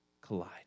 collide